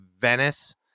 Venice